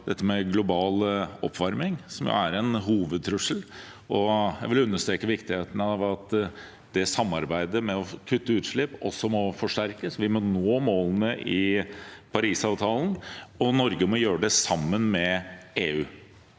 innom global oppvarming, som jo er en hovedtrussel, og jeg vil understreke viktigheten av at samarbeidet om å kutte utslipp også må forsterkes. Vi må nå målene i Parisavtalen, og Norge må gjøre det sammen med EU.